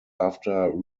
after